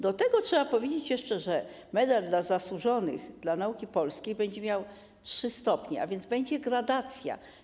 Do tego trzeba powiedzieć jeszcze, że Medal ˝Zasłużony dla Nauki Polskiej˝ będzie miał trzy stopnie, a więc będzie gradacja.